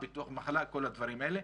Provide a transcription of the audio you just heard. ביטוח מחלה כל הדברים האלה.